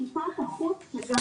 תודה